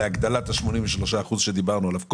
להגדלת ה-83 אחוזים שדיברנו עליהם קודם?